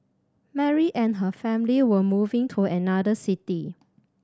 Mary and her family were moving to another city